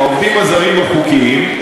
העובדים הזרים החוקיים,